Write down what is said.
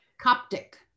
Coptic